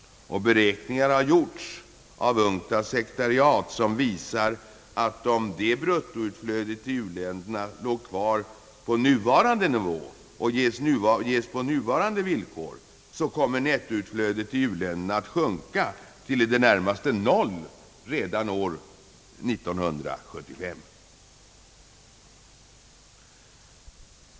Beräkningar har gjorts av UNCTAD-sekretariatet som visar att om bruttoutflödet till u-länderna ligger kvar på nuvarande nivå och ges på nuvarande villkor, kommer nettoutflödet till u-länderna att sjunka till i det närmaste noll redan år 19735.